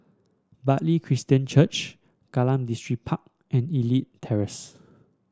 Bartley Christian Church Kallang Distripark and Elite Terrace